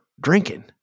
drinking